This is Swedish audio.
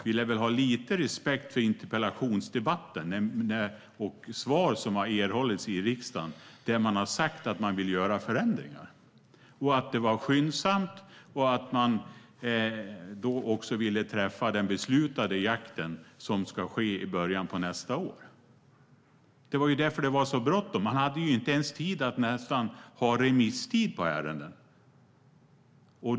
Vi ska väl ha lite respekt för interpellationsdebatten och svar som har erhållits i riksdagen, och där har man sagt att man skyndsamt vill göra förändringar eftersom man också ville träffa den beslutade jakten som ska ske i början på nästa år. Det var därför det var så bråttom. Man hade ju nästan inte tid för någon remisstid i ärendet.